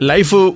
Life